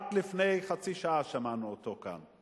רק לפני חצי שעה שמענו אותו פה.